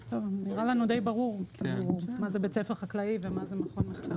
נראה לנו די ברור מה זה בית ספר חקלאי ומה זה מכון מחקר.